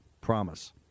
promise